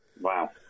Wow